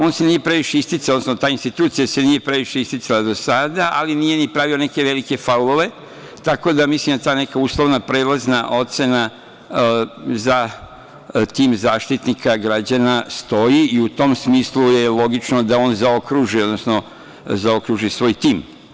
On se nije previše isticao, odnosno ta institucija se nije previše isticala do sada, ali nije pravila ni neke velike faulove, tako da mislim da ta neka uslovna prelazna ocena za tim Zaštitnika građana stoji i u tom smislu je logično da on zaokruži svoj tim.